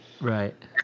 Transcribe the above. Right